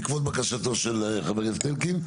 בעקבות בקשתו של חבר הכנסת אלקין,